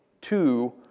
two